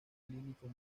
clínico